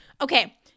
Okay